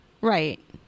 right